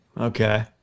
Okay